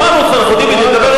שמענו אותך, אנחנו יודעים בדיוק.